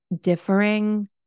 differing